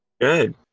Good